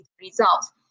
results